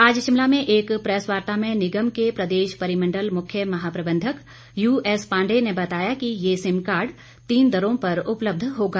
आज शिमला में एक प्रैस वार्ता में निगम के प्रदेश परिमंडल मुख्य महाप्रबंधक यूएसपांडेय ने बताया कि ये सिम कार्ड तीन दरों पर उपलब्ध होगा